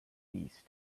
east